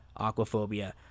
aquaphobia